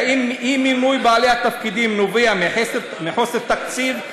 האם אי-מימון בעלי התפקידים נובע מחוסר תקציב?